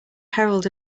herald